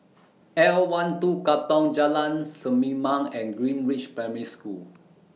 L one two Katong Jalan Selimang and Greenridge Primary School